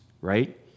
right